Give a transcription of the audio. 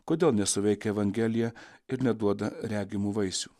kodėl nesuveikia evangelija ir neduoda regimų vaisių